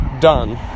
done